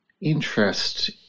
interest